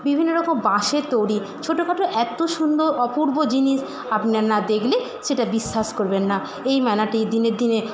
বিভিন্ন রকম বাঁশের তৈরি ছোটোখাটো এত্তো সুন্দর অপূর্ব জিনিস আপনারা না দেখলে সেটা বিশ্বাস করবেন না এই মেলাটি দিনে দিনে